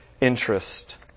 interest